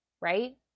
right